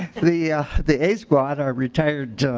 the the a squad are retired